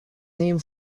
name